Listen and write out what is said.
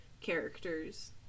characters